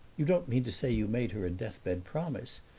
you don't mean to say you made her a deathbed promise?